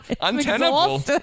Untenable